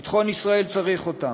ביטחון ישראל צריך אותם.